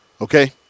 okay